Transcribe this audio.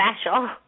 special